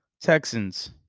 Texans